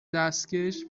دستکش